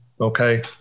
okay